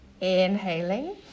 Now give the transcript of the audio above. inhaling